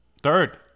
Third